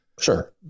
sure